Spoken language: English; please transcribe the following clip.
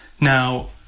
Now